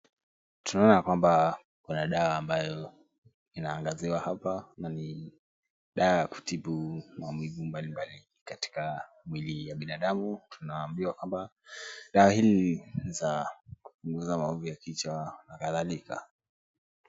Tunaona ya kwamba kuna dawa ambayo inaangaziwa hapa na ni dawa ya kutibu maumivu mbalimbali katika mwili ya binadamu. Tunaambiwa kwamba dawa hili ni za kupunguza maovu ya kichwa na kadhalika.